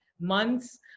months